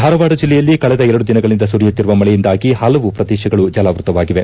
ಧಾರವಾಡ ಜಿಲ್ಲೆಯಲ್ಲಿ ಕಳೆದ ಎರಡು ದಿನಗಳಿಂದ ಸುರಿಯುತ್ತಿರುವ ಮಳೆಯುಂದಾಗಿ ಹಲವು ಪ್ರದೇಶಗಳು ಜಲಾವೃತವಾಗಿವೆ